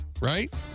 right